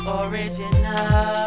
original